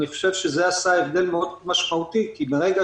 אני חושב שזה עשה הבדל מאוד משמעותי כי ברגע